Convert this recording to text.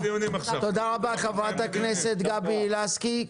תודה רבה, חברת הכנסת גבי לסקי.